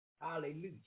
Hallelujah